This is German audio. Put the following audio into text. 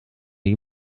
nie